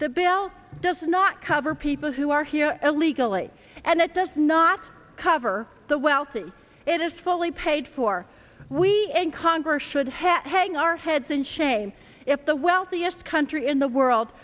the bill does not cover people who are here illegally and it does not cover the wealthy it is fully paid for we in congress should head hang our heads in shame if the wealthiest country in the world